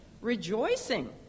rejoicing